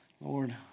Lord